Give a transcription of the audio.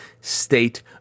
state